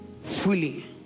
fully